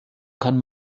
kann